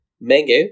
mango